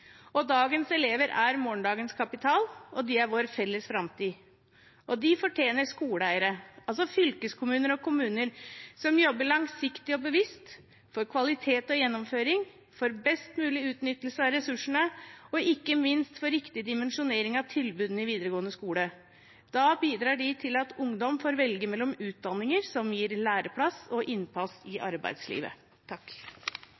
Dagens elever er morgendagens kapital, og de er vår felles framtid. De fortjener skoleeiere – altså fylkeskommuner og kommuner – som jobber langsiktig og bevisst for kvalitet og gjennomføring, for best mulig utnyttelse av ressursene og ikke minst for riktig dimensjonering av tilbudene i videregående skole. Da bidrar de til at ungdom får velge mellom utdanninger som gir læreplass og innpass i